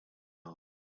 eyes